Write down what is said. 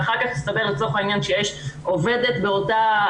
ואחר כך הסתבר לצורך העניין שיש עובדת בעבודה